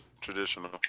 traditional